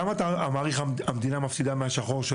כמה את מעריך שהמדינה מפסידה מהשחור של